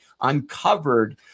uncovered